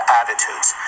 attitudes